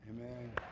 Amen